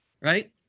right